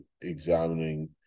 examining